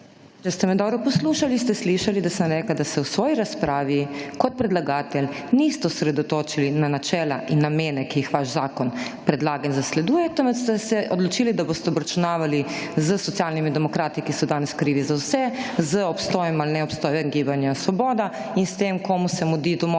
Če ste me dobro poslušali, ste slišali, da sem rekla, da se v svoji razpravi kot predlagatelj niste osredotočili na načela in namene, ki jih vaš zakon predlaga in zasleduj, temveč ste se odločili, da boste obračunavali s Socialnimi demokrati, ki so danes krivi za vse, z obstojem ali neobstojem Gibanja Svoboda in s tem komu se mudi domov ali